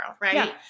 Right